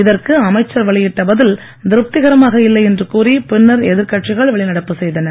இதற்கு அமைச்சர் வெளியிட்ட பதில் திருப்திகரமாக இல்லை என்று கூறி பின்னர் எதிர்கட்சிகள் வெளிநடப்பு செய்தன